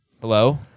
hello